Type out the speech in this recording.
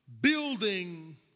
building